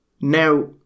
Now